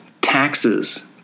taxes